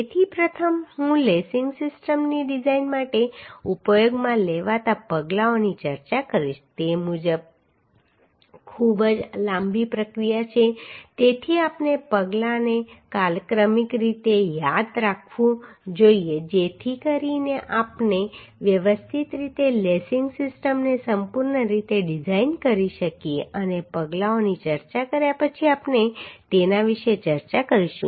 તેથી પ્રથમ હું લેસિંગ સિસ્ટમની ડિઝાઇન માટે ઉપયોગમાં લેવાતા પગલાઓની ચર્ચા કરીશ તે ખૂબ જ લાંબી પ્રક્રિયા છે તેથી આપણે પગલાંને કાલક્રમિક રીતે યાદ રાખવું જોઈએ જેથી કરીને આપણે વ્યવસ્થિત રીતે લેસિંગ સિસ્ટમને સંપૂર્ણ રીતે ડિઝાઇન કરી શકીએ અને પગલાઓની ચર્ચા કર્યા પછી આપણે તેના વિશે ચર્ચા કરીશું